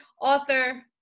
author